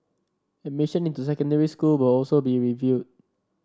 admission into secondary school will also be reviewed